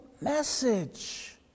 message